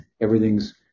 Everything's